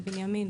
בבנימין,